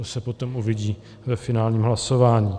To se potom uvidí ve finálním hlasování.